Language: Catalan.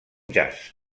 jazz